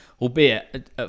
albeit